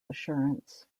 assurance